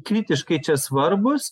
kritiškai čia svarbūs